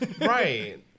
Right